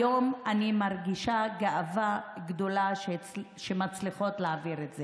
היום אני מרגישה גאווה גדולה על שאנחנו מצליחות להעביר את זה.